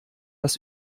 das